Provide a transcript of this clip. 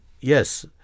yes